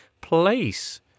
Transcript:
place